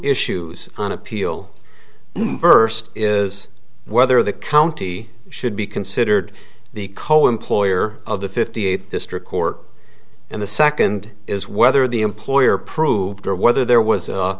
issues on appeal is whether the county should be considered the kohen ploy or of the fifty eight district court and the second is whether the employer approved or whether there was a